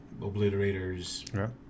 Obliterators